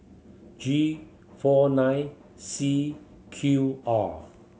G four nine C Q R